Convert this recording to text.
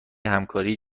همکاری